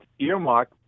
earmark